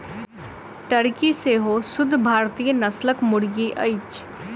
Turkey सेहो शुद्ध भारतीय नस्लक मुर्गी अछि